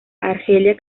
argelia